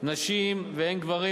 נשים והן גברים,